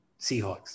Seahawks